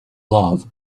love